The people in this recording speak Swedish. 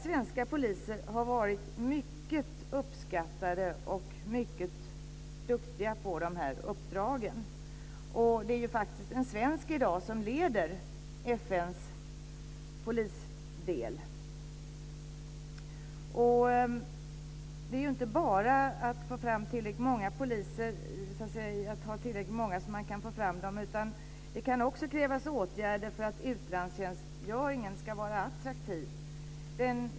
Svenska poliser har varit mycket uppskattade och mycket duktiga på dessa uppdrag. Det är faktiskt också en svensk som i dag leder FN:s polisdel. Det handlar inte bara om att ha tillräckligt många poliser att ta av, utan det kan också krävas åtgärder för att få utlandstjänstgöringen attraktiv.